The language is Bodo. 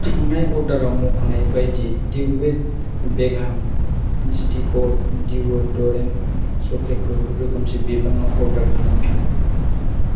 थांनाय अर्डाराव मख'नाय बायदि डेभिड बेकहाम इनस्टिंक डिय'डरेन्ट सप्रेखौ रोखोमसे बिबाङाव अर्डार लामफिन